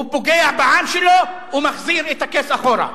הוא פוגע בעם שלו ומחזיר את ה-case אחורה.